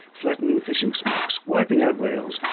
flattening fishing smacks, wiping out whales,